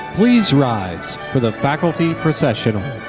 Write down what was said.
please rise for the faculty processional.